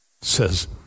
Says